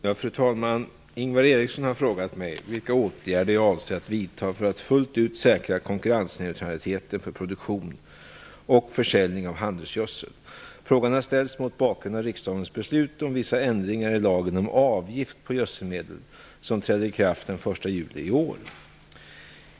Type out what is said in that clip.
Fru talman! Ingvar Eriksson har frågat mig vilka åtgärder jag avser att vidta för att fullt ut säkra konkurrensneutraliteten för produktion och försäljning av handelsgödsel. Frågan har ställts mot bakgrund av riksdagens beslut om vissa ändringar i lagen om avgift på gödselmedel som träder i kraft den 1 juli i år.